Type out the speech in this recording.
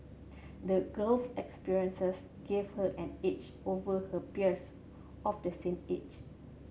the girl's experiences gave her an edge over her peers of the same age